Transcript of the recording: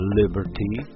liberty